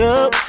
up